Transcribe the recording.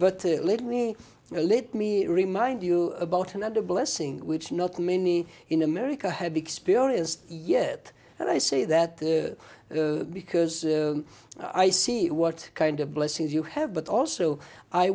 but literally a litany remind you about another blessing which not many in america have experienced yet and i say that the because i see what kind of blessings you have but also i